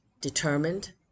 determined